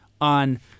on